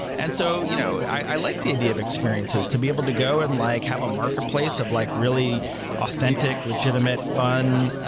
and so you know i like the idea of experiences. to be able to go and like have a marketplace of like really authentic, legitimate, fun,